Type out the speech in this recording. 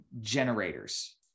generators